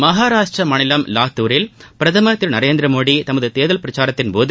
மகாராஷ்டிர மாநிலம் லாத்துரில் பிரதமர் திரு நரேந்திரமோடி தமது தேர்தல் பிரச்சாரத்தின்போது